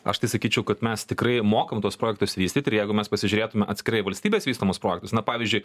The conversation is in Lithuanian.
aš tai sakyčiau kad mes tikrai mokam tuos projektus vystyti ir jeigu mes pasižiūrėtume atskirai valstybės vystomus projektus na pavyzdžiui